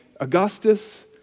Augustus